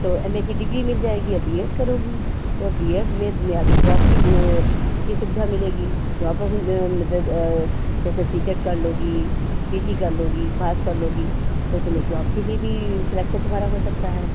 तो M A की degree मिल जाएगी या बी एड करोगी तो बी एड में तुम्हें आगे जॉब की की सुविधा मिलेगी जॉब मदद जैसे सी टेट कर लोगी सी टी कर लोगी पास कर लोगी तो तुम्हें जॉब के लिए भी सेलेक्सन तुम्हारा हो सकता है